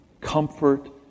comfort